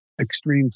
Extreme